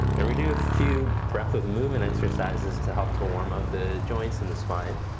and we do a few breath with movement exercises to help to warm up the joints and the spine.